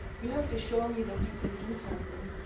you have to show me that you can do something